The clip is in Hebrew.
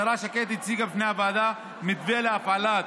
השרה שקד הציגה בפני הוועדה מתווה להפעלת